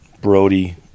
Brody